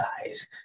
guys